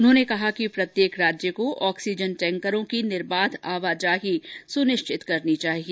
उन्होंने कहा कि प्रत्येक राज्य को ऑक्सीजन टैंकरों की निर्बाध आवाजाही सुनिश्चित करनी चाहिए